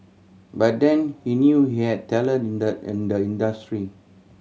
by then he knew he had talent in the in the industry